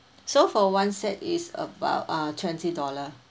so for one set is about uh twenty dollars